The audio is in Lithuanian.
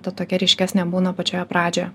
ta tokia ryškesnė būna pačioje pradžioje